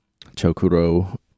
Chokuro